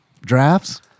Drafts